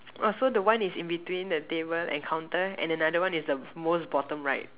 oh so the one is in between the table and counter and another one is the most bottom right